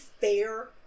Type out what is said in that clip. fair